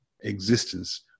existence